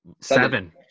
Seven